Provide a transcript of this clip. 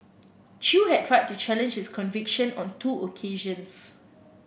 Chew had tried to challenge his conviction on two occasions